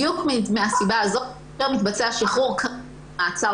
בדיוק מהסיבה הזאת שמתבצע שחרור ממעצר